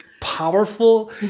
powerful